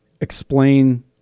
explain